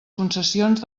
concessions